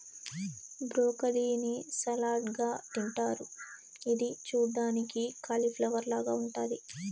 broccoli ని salad గా తింటారు ఇది చూడ్డానికి కాలిఫ్లవర్ లాగ ఉంటాది